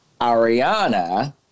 Ariana